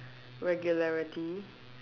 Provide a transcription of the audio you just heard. regularity